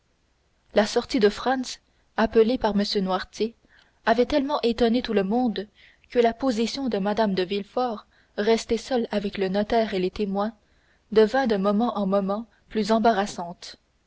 la sortie de franz appelé par m noirtier avait tellement étonné tout le monde que la position de mme de villefort restée seule avec le notaire et les témoins devint de moment en moment plus embarrassante